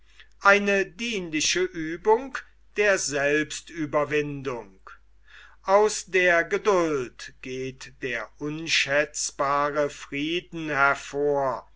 eine dienliche uebung der selbstüberwindung aus der geduld geht der unschätzbare frieden hervor